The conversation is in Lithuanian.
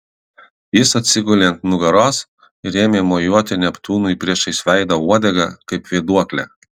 jis atsigulė ant nugaros ir ėmė mojuoti neptūnui priešais veidą uodega kaip vėduokle